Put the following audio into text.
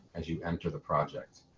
as you enter the project.